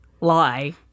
lie